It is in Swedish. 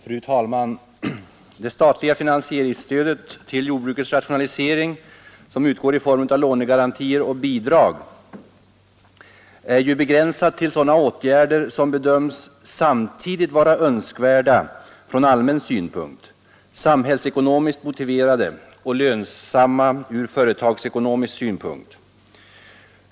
Fru talman! Det statliga finansieringsstödet till jordbrukets rationalisering, som utgår i form av lånegarantier och bidrag, är ju begränsat till sådana åtgärder som bedöms samtidigt vara önskvärda ur allmän synpunkt, samhällsekonomiskt motiverade och lönsamma ur företagsekonomisk synpunkt.